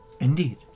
Indeed